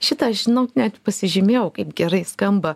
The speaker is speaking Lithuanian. šitą žinok net pasižymėjau kaip gerai skamba